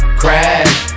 crash